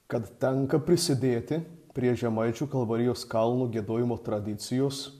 kad tenka prisidėti prie žemaičių kalvarijos kalnų giedojimo tradicijos